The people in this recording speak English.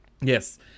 yes